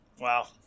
Wow